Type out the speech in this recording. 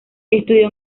estudió